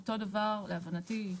אותו דבר, להבנתי.